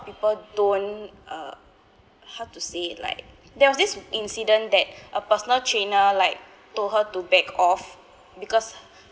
people don't uh how to say it like there was this incident that a personal trainer like told her to back off because